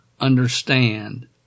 understand